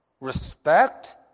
respect